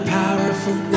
powerful